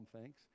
thanks